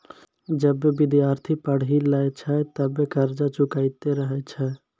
जबे विद्यार्थी पढ़ी लै छै तबे कर्जा चुकैतें रहै छै